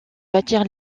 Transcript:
bâtir